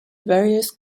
various